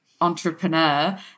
Entrepreneur